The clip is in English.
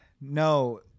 No